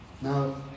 Now